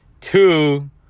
Two